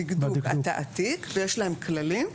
הדקדוק והתעתיק ויש להם כללים.